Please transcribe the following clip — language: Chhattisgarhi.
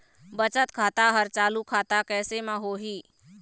बचत खाता हर चालू खाता कैसे म होही?